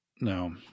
No